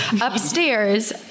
upstairs